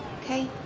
Okay